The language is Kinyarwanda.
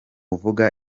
uvuga